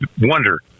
wonder